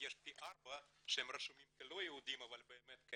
יש פי 4 שרשומים כלא יהודים אבל הם כן.